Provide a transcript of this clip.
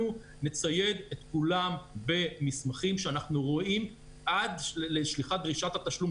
אנחנו נצייד את כולם במסמכים שאנחנו רואים עד לשליחת דרישת התשלום,